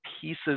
pieces